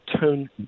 tone